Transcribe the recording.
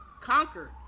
conquered